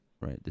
right